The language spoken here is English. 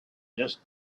just